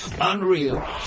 unreal